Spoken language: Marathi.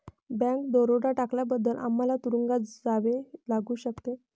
बँक दरोडा टाकल्याबद्दल आम्हाला तुरूंगात जावे लागू शकते